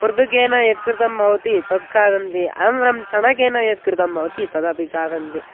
पृथुकेन यत् कृतं भवति तत् खादन्ति अनन्तरं चणकेन यत् कृतं भवति तदपि खादन्ति